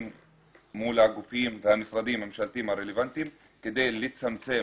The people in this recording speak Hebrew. מול הגופים והמשרדים הממשלתיים הרלוונטיים כדי לצמצם